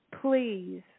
please